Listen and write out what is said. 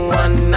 one